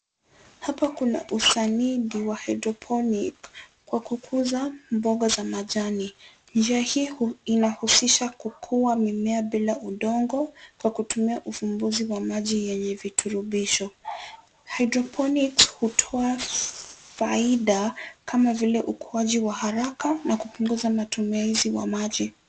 Hapa kuna usanii ni wa[ hydroponic ]kwa kukuza mboga za majani ,njia hii inahusisha kukua mimea bila udongo kwa kutumia ufumbuzi wa maji yenye viturubisho, [hydroponics]hutoa faida kama vile ukuaji wa haraka na kupunguza matumizi ya maji.